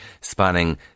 spanning